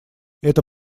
это